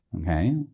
Okay